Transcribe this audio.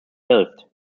delft